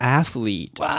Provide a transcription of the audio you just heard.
athlete